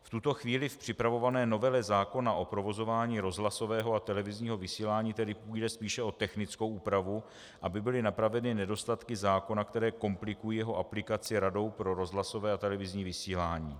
V tuto chvíli v připravované novele zákona o provozování rozhlasového a televizního vysílání tedy půjde spíše o technickou úpravu, aby byly napraveny nedostatky zákona, které komplikují jeho aplikaci Radou pro rozhlasové a televizní vysílání.